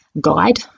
guide